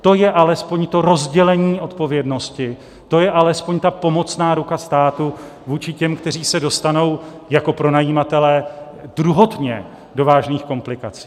To je alespoň to rozdělení odpovědnosti, to je alespoň ta pomocná ruka státu vůči těm, kteří se dostanou jako pronajímatelé druhotně do vážných komplikací.